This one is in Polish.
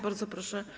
Bardzo proszę.